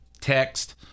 text